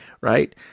right